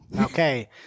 Okay